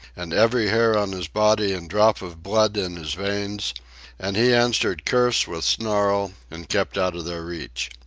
and every hair on his body and drop of blood in his veins and he answered curse with snarl and kept out of their reach.